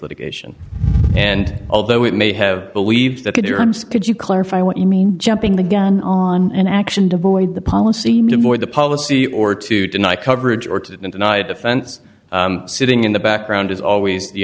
litigation and although it may have believed that could you could you clarify what you mean jumping the gun on an action to avoid the policy more the policy or to deny coverage or to deny the fence sitting in the background as always the